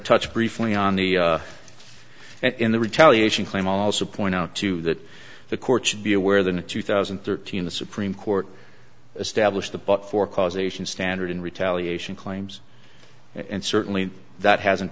touch briefly on the in the retaliation claim also point out too that the courts should be aware than in two thousand and thirteen the supreme court established the but for causation standard in retaliation claims and certainly that hasn't